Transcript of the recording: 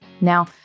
Now